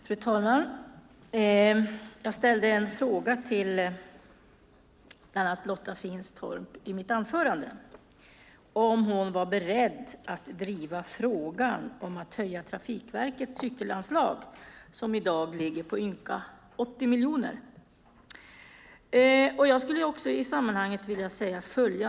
Fru talman! Jag ställde en fråga till Lotta Finstorp i mitt anförande. Jag frågade om hon var beredd att driva frågan att höja Trafikverkets cykelanslag som i dag ligger på ynka 80 miljoner.